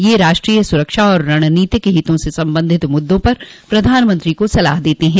ये राष्ट्रीय सुरक्षा और रणनीतिक हितों से संबंधित मुद्दों पर प्रधानमंत्री को सलाह देते हैं